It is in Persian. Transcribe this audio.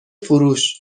فروش